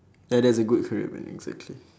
ya that's a good career man exactly